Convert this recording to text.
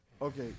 Okay